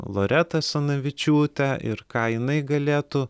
loretą asanavičiūtę ir ką jinai galėtų